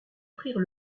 prirent